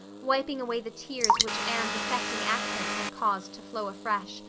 wiping away the tears which anne's affecting accents had caused to flow afresh,